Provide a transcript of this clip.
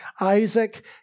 Isaac